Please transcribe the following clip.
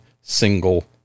single